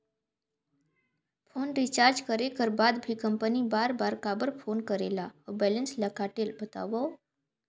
Phone recharge करे कर बाद भी कंपनी बार बार काबर फोन करेला और बैलेंस ल काटेल बतावव?